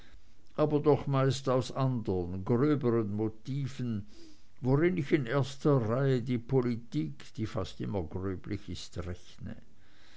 aber doch meist aus anderen gröberen motiven wohin ich in erster reihe die politik die fast immer gröblich ist rechne